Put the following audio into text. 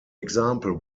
example